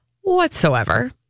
whatsoever